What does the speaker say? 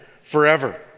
forever